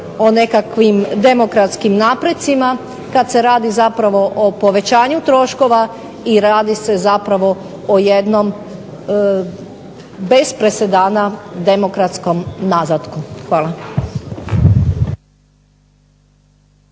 o nekakvim demokratskim naprecima kada se radi zapravo o povećanju troškova i radi se o jednom bez presedana demokratskom nazatku. Hvala.